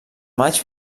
maig